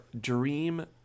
dream